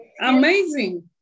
amazing